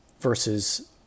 versus